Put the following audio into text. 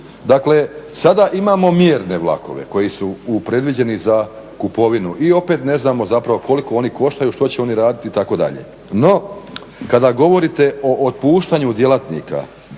Dakle, sada imamo mjerne vlakove koji su predviđeni za kupovinu i opet ne znamo zapravo koliko oni koštaju, što će oni raditi, itd. No, kada govorite o otpuštanju djelatnika